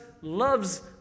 loves